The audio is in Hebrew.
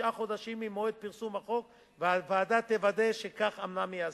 תשעה חודשים ממועד פרסום החוק והוועדה תוודא שכך אומנם ייעשה.